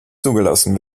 zugelassen